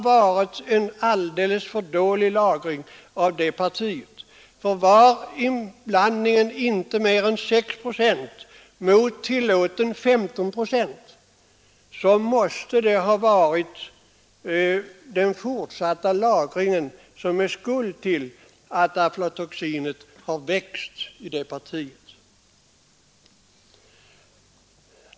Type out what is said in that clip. Var inblandningen inte mer än 6 procent mot tillåtna 15 procent, måste det vara den fortsatta lagringen som är skuld till att aflatoxinhalten har växt i det partiet.